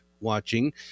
watching